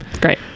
Great